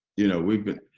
you know, we've been.